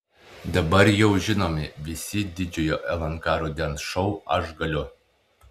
dabar jau žinomi visi didžiojo lnk rudens šou aš galiu